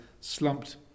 slumped